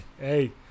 hey